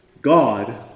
God